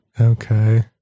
Okay